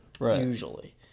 usually